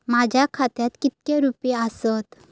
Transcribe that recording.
माझ्या खात्यात कितके रुपये आसत?